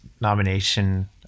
nomination